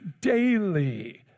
daily